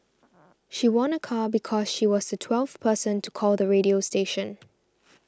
she won a car because she was the twelfth person to call the radio station